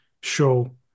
show